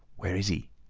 where is he?